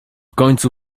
końcu